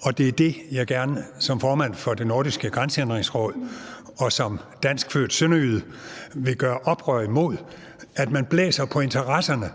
og det er det, jeg som formand for det nordiske grænsehindringsråd og som danskfødt sønderjyde gerne vil gøre oprør imod, altså at man blæser på interesserne